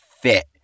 fit